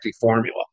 formula